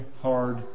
hard